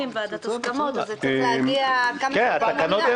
התהליך מחייב את ועדת ההסכמות אז זה צריך להגיע כמה שיותר מוקדם.